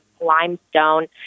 limestone